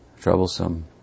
troublesome